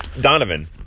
Donovan